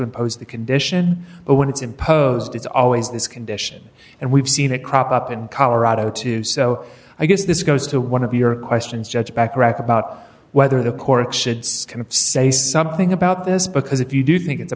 impose the condition but when it's imposed it's always this condition and we've seen it crop up in colorado to so i guess this goes to one of your questions judge bacharach about whether the couric should say something about this because if you do think it's a